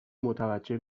متوجه